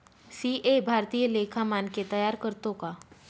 CA भारतीय लेखा मानके तयार करतो का